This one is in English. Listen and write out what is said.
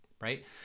right